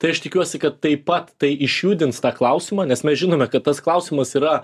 tai aš tikiuosi kad taip pat tai išjudins tą klausimą nes mes žinome kad tas klausimas yra